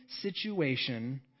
situation